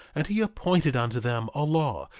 and he appointed unto them a law,